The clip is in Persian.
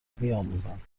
بیاموزند